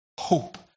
hope